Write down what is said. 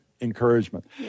encouragement